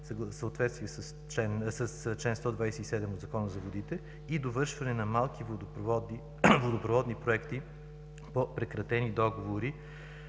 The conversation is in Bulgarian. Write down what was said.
съответствие с чл. 127 от Закона за водите; и довършване на малки водопроводни проекти по прекратени договори